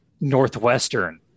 Northwestern